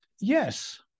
Yes